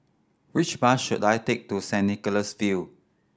which bus should I take to Saint Nicholas View